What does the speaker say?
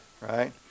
right